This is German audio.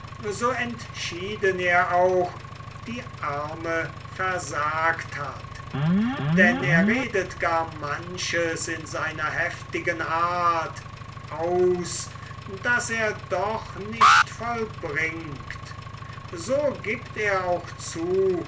so entschieden er auch die arme versagt hat denn er redet gar manches in seiner heftigen art aus das er doch nicht vollbringt so gibt er auch zu